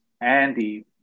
Andy